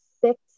six